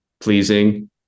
pleasing